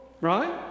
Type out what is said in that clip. right